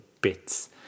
bits